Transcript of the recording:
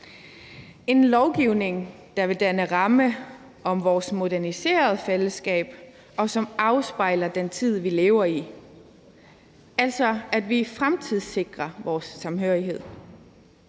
en lovgivning, der vil danne ramme om vores moderniserede fællesskab, og som afspejler den tid, vi lever i, altså at vi fremtidssikrer vores samhørighed.